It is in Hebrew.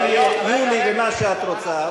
אני אהיה יולי ומה שאת רוצה,